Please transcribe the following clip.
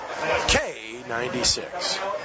K96